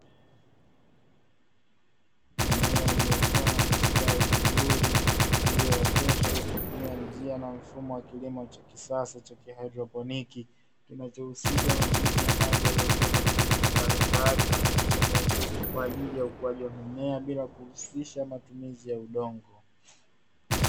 Mimea iliyokua na kustawi vizuri iliyooteshwa kwa kutumia njia na mfumo wa kilimo cha kisasa cha kihaidroponiki, kinachohusisha matumizi ya maji yaletayo virutubisho muhimu kwa ajili ya ukuaji wa mimea bila kuhusisha matumizi ya udongo.